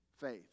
faith